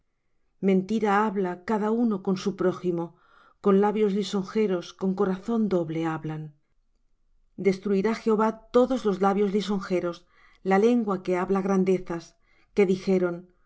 mentira habla cada uno con su prójimo con labios lisonjeros con corazón doble hablan destruirá jehová todos los labios lisonjeros la lengua que habla grandezas que dijeron